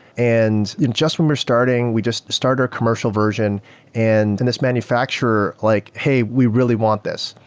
and just when we're starting, we just started our commercial version and and this manufacturer like, hey, we really want this.